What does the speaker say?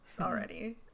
already